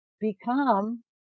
become